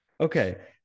Okay